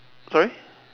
sorry